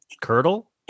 curdle